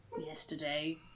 yesterday